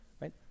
right